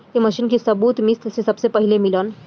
ए machine के सबूत मिस्र में सबसे पहिले मिलल